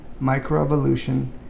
Microevolution